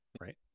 right